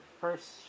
first